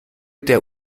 der